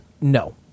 No